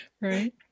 right